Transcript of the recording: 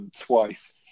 twice